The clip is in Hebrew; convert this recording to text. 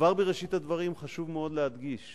כבר בראשית הדברים חשוב מאוד להדגיש